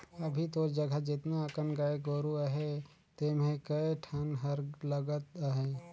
अभी तोर जघा जेतना अकन गाय गोरु अहे तेम्हे कए ठन हर लगत अहे